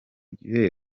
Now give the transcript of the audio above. gihe